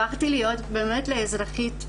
הפכתי לאזרחית למופת,